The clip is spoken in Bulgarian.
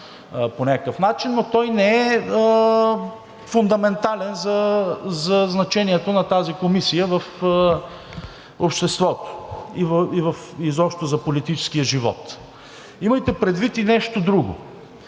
но той не е фундаментален за значението на тази комисия в обществото и изобщо за политическия живот. Имайте предвид и нещо друго.